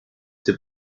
dem